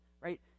right